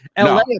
LA